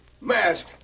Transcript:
Mask